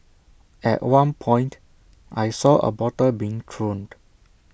at one point I saw A bottle being thrown